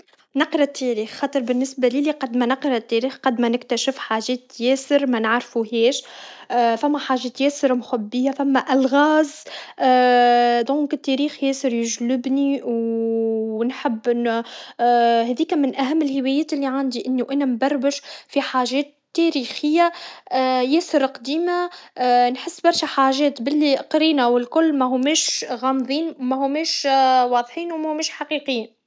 نقرا التاريخ خاطر بالنسبة ليا قد ما نقرا التاريخ قد ما نكتشف حاجات ياسر منعرفوهاش ثما حاجات ياسر مخبية ثما الغاز دونك التاريخ ياسر يجلبني و نحب هاذيك من اهم الهوايات لي عندي انو انا نبرمج في حاجات تاريخية ياسر قديمة نحس برشا حاجات بلي قرينا و الكل مهمش غامضين مهمش واضحين مهمش حقيقيين